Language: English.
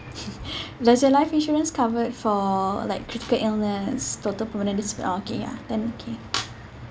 there's a life insurance covered for like critical illness total permanent disa~ orh okay ya then okay